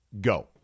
Go